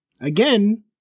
again